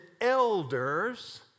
elders